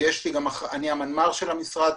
אני המנמ"ר של המשרד,